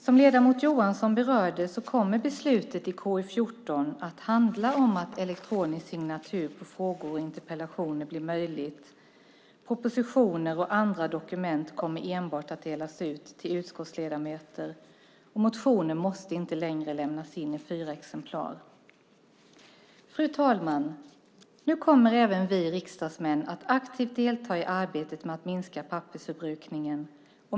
Som ledamoten Johansson berörde kommer beslutet i KU14 att handla om att elektronisk signatur på frågor och interpellationer blir möjligt. Propositioner och andra dokument kommer enbart att delas ut till utskottsledamöter. Motioner måste inte längre lämnas in i fyra exemplar. Fru talman! Nu kommer även vi riksdagsledamöter att aktivt delta i arbetet med att minska pappersförbrukningen.